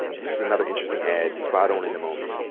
this is another interesting ad, spot on in the moment.